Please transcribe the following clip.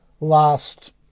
last